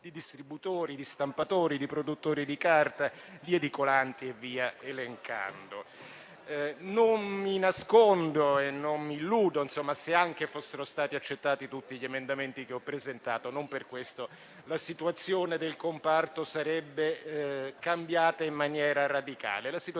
distributori, stampatori, produttori di carta, edicolanti e via elencando. Non mi nascondo e non mi illudo, perché, se anche fossero stati accettati tutti gli emendamenti che ho presentato, non per questo la situazione del comparto sarebbe cambiata in maniera radicale.